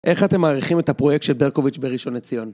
איך אתם מעריכים את הפרויקט של ברקוביץ' בראשון לציון?